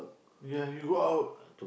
yeah you go out